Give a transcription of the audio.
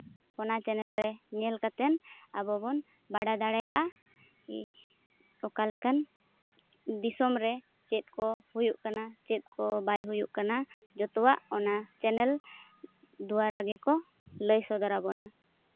ᱚᱱᱟ ᱪᱮᱱᱮᱞ ᱨᱮ ᱧᱮᱞ ᱠᱟᱛᱮᱫ ᱟᱵᱚᱵᱚᱱ ᱵᱟᱲᱟᱭ ᱫᱟᱲᱮᱭᱟᱜᱼᱟ ᱠᱤ ᱚᱠᱟ ᱞᱮᱠᱟᱱ ᱫᱤᱥᱚᱢ ᱨᱮ ᱪᱮᱫ ᱠᱚ ᱦᱩᱭᱩᱜ ᱠᱟᱱᱟ ᱪᱮᱫ ᱠᱚ ᱵᱟᱭ ᱦᱩᱭᱩᱜ ᱠᱟᱱᱟ ᱡᱚᱛᱚᱣᱟᱜ ᱚᱱᱟ ᱪᱮᱱᱮᱞ ᱫᱟᱨᱟ ᱜᱮᱠᱚ ᱞᱟᱹᱭ ᱥᱚᱫᱚᱨᱟᱵᱚᱱᱟ